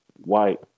white